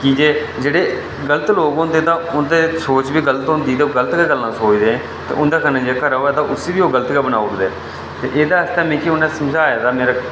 की जे जेह्ड़े गलत लोक होंदे ते उंटदी सोच बी गलत गै होंदी ते गलत गल्लां सोचदे ते उंटदे कन्नै जेह्ड़ा रवै ते उसी बी ओह् गलत गै बनाई ओड़दे ते एह्दे आस्तै उटनें मिगी समझाए दा ते